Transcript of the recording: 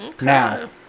Now